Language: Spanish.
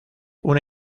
una